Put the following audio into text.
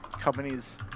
companies